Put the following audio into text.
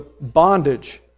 bondage